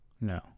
No